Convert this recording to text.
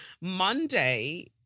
Monday